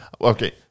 Okay